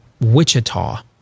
Wichita